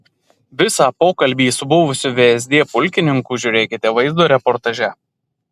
visą pokalbį su buvusiu vsd pulkininku žiūrėkite vaizdo reportaže